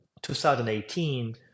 2018